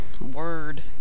Word